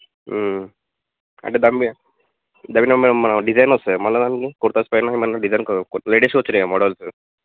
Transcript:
అంటే దాని మీద దాని మీద మన డిజైన్ వస్తుందా మళ్ళా దానికి కుర్తాస్ ఏమైన్న డిజైన్ కొత్త లేటెస్ట్ వచ్చినాయా మోడల్స్